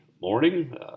morning